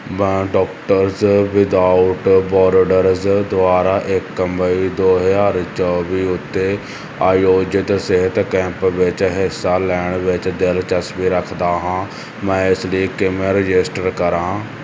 ਮੈਂ Doctors Without Borders ਦੁਆਰਾ ਇੱਕ ਮਈ ਦੋ ਹਜ਼ਾਰ ਚੌਵੀ ਉੱਤੇ ਆਯੋਜਿਤ ਸਿਹਤ ਕੈਂਪ ਵਿੱਚ ਹਿੱਸਾ ਲੈਣ ਵਿੱਚ ਦਿਲਚਸਪੀ ਰੱਖਦਾ ਹਾਂ ਮੈਂ ਇਸ ਲਈ ਕਿਵੇਂ ਰਜਿਸਟਰ ਕਰਾਂ